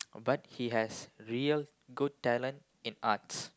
but he has real good talent in arts